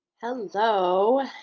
Hello